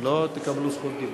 אם לא, תקבלו רשות דיבור.